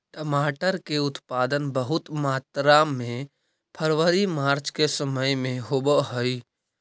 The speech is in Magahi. टमाटर के उत्पादन बहुत मात्रा में फरवरी मार्च के समय में होवऽ हइ